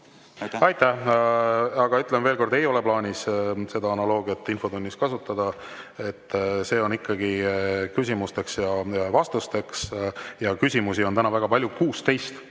Aitäh! Aga ütlen veel kord, et ei ole plaanis seda analoogiat infotunnis kasutada, see on mõeldud ikkagi küsimusteks ja vastusteks. Ja küsimusi on täna väga palju – 16.